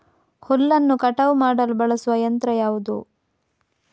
ಹುಲ್ಲನ್ನು ಕಟಾವು ಮಾಡಲು ಬಳಸುವ ಯಂತ್ರ ಯಾವುದು?